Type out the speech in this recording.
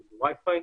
ב-wi-fi,